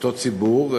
שאותו ציבור,